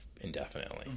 indefinitely